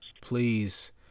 Please